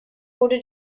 wurde